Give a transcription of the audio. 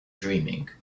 dreaming